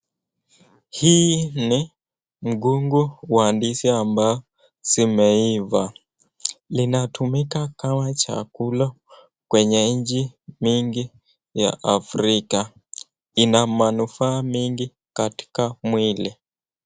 Hii ni ngungu wa ndizi ambayo imeifaa linatumika kawa chakula kwenye nchi nyingi ya afrika, inamanufaa mingi katika mwili